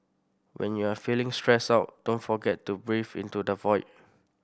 when you are feeling stressed out don't forget to breathe into the void